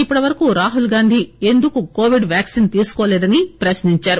ఇప్పటివరకు రాహుల్ గాంధీ ఎందుకు Covid vaccine తీసుకోలేదని ప్రశ్నించారు